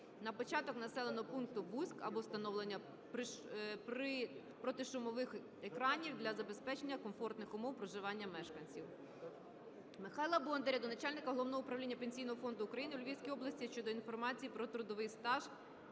на початок населеного пункту Буськ або встановлення протишумових екранів для забезпечення комфортних умов проживання мешканців.